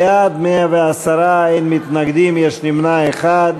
בעד, 110, אין מתנגדים, יש נמנע אחד.